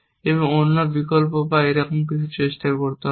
এবং অন্য বিকল্প বা এরকম কিছু চেষ্টা করতে হবে